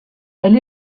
elle